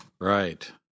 right